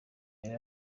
yari